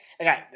Okay